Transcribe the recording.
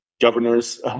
governors